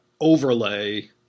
overlay